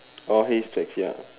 haystacks ya